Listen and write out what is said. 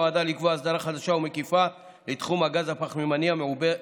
נועדה לקבוע הסדרה חדשה ומקיפה בתחום הגז הפחמימני המעובה,